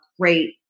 great